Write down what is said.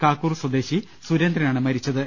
കാക്കൂർ സ്വദേശി സുരേന്ദ്രനാണ് മരിച്ചത്